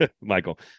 Michael